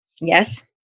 Yes